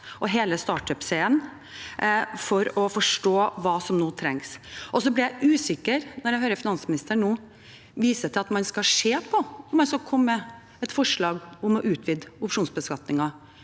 og hele oppstartsserien for å forstå hva som nå trengs. Jeg blir usikker når jeg hører finansministeren vise til at man skal se på om man skal komme med et forslag om å utvide opsjonsbeskatningen